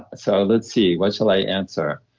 ah so let's see. what shall i answer?